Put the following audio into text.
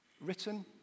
written